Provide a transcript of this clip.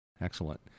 Excellent